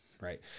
right